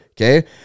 okay